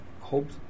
hope